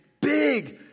big